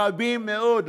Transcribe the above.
רבים מאוד,